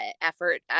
effort